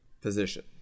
position